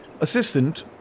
Assistant